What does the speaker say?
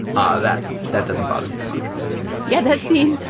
ah that, that doesn't bother me as much yeah. that scene,